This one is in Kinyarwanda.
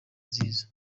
nziza